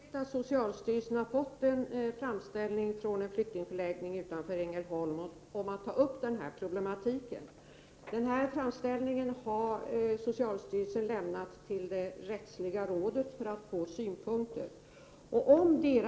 Herr talman! Det är riktigt att socialstyrelsen har fått en framställning från en flyktingförläggning utanför Ängelholm om att ta upp den här problematiken. Den framställningen har socialstyrelsen lämnat till det rättsliga rådet för att få synpunkter på den.